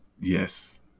Yes